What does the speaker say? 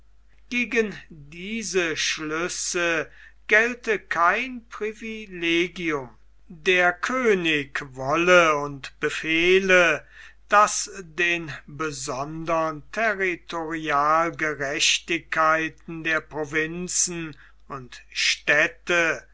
gegen diese schlüsse gelte kein privilegium der könig wolle und befehle daß den besondern territorialgerechtigkeiten der provinzen und städte